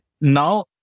now